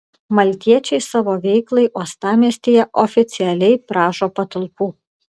maltiečiai savo veiklai uostamiestyje oficialiai prašo patalpų